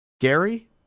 Gary